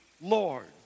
Lord